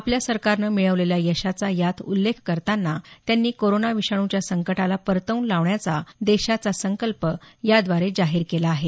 आपल्या सरकारनं मिळवलेल्या यशाचा यात उल्लेख करताना त्यांनी कोरोना विषाणूच्या संकटाला परतवून लावण्याचा देशाचा संकल्प याद्वारे जाहीर केला आहे